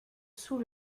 sous